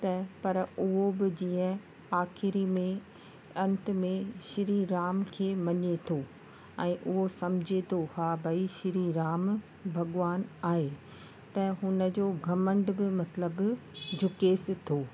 त पर उहो बि जीअं आखिरीं में अंत में श्री राम खे मञे थो ऐं उहो सम्झे थो हां भई श्री राम भॻवानु आहे त हुनजो घमंड बि मतिलब झुकेसि थो